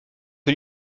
que